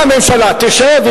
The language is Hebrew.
אם הממשלה תשב,